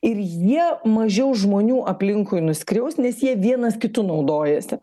ir jie mažiau žmonių aplinkui nuskriaus nes jie vienas kitu naudojasi